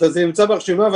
נמצא ברשימה,